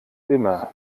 immer